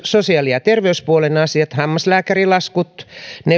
sosiaali ja terveyspuolen asiat hammaslääkärilaskut